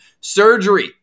surgery